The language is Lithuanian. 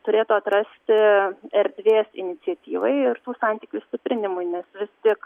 turėtų atrasti erdvės iniciatyvai ir tų santykių stiprinimui nes vis tik